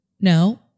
no